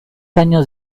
años